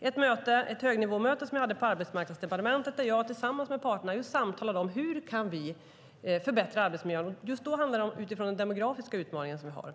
Det var ett högnivåmöte på Arbetsmarknadsdepartementet där jag tillsammans med parterna samtalade om hur vi kan förbättra arbetsmiljön. Just då handlade det om den demografiska utmaning som vi har.